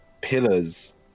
pillars